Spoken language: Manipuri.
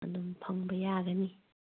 ꯑꯗꯨꯝ ꯐꯪꯕ ꯌꯥꯒꯅꯤ